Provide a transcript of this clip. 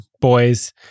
boys